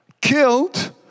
killed